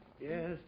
Yes